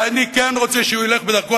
ואני כן רוצה שהוא ילך בדרכו,